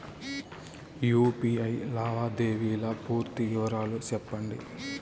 UPI లావాదేవీల పూర్తి వివరాలు సెప్పండి?